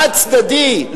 חד-צדדי.